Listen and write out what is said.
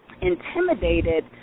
intimidated